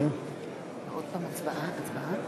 הרכב הוועדה המסדרת